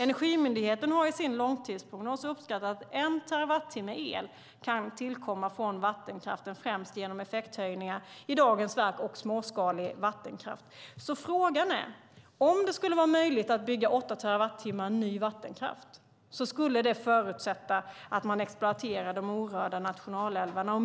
Energimyndigheten har i sin långtidsprognos uppskattat att en terawattimme el kan tillkomma från vattenkraften, främst genom effekthöjningar i dagens verk och småskalig vattenkraft. Att bygga åtta terawattimmar ny vattenkraft skulle förutsätta att man exploaterar de orörda nationalälvarna.